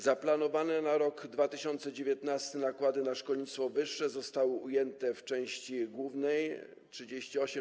Zaplanowane na rok 2019 nakłady na szkolnictwo wyższe zostały ujęte w części głównej 38: